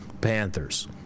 Panthers